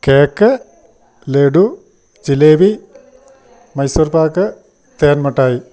cake laddu jalebi Mysore pak തേൻമിഠായി